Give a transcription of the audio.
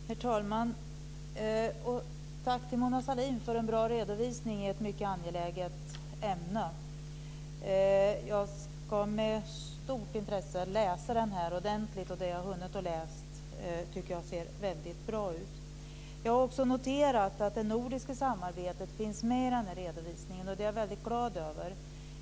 Herr talman! Jag vill tacka Mona Sahlin för en bra redovisning i ett mycket angeläget ämne. Jag ska med stort intresse läsa rapporten ordentligt. Det jag har hunnit läsa ser väldigt bra ut. Jag har också noterat att det nordiska samarbetet finns med i redovisningen, och det är jag väldigt glad över.